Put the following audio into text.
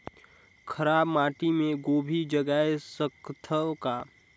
खराब माटी मे गोभी जगाय सकथव का?